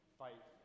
fight